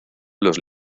los